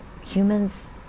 humans